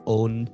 own